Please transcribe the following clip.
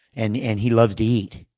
and and he loves to eat.